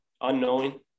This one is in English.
unknowing